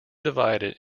divided